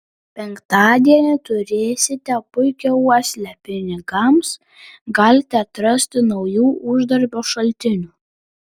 penktadienį turėsite puikią uoslę pinigams galite atrasti naujų uždarbio šaltinių